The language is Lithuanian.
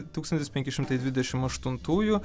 tūkstantis penki šimtai dvidešimt aštuntųjų